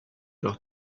leur